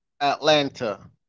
Atlanta